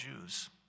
Jews